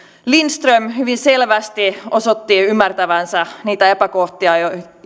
lindström hyvin selvästi osoitti ymmärtävänsä niitä epäkohtia